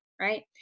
right